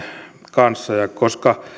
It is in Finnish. kanssa koska